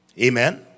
Amen